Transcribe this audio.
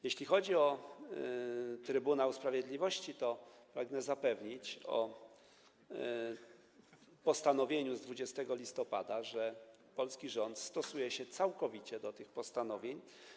Jeśli chodzi o Trybunał Sprawiedliwości, to pragnę zapewnić co do postanowienia z 20 listopada, że polski rząd stosuje się całkowicie do tych postanowień.